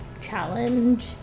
challenge